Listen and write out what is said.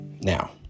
Now